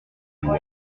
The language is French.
loi